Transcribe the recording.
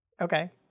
Okay